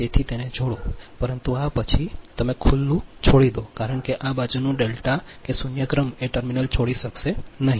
તેથી તેને જોડો પરંતુ આ પછી તમે ખુલ્લું છોડી દો કારણ કે આ બાજુનો ડેલ્ટા કે શૂન્ય ક્રમ એ ટર્મિનલ છોડી શકશે નહીં